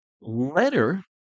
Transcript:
letter